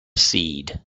seed